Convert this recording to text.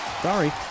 Sorry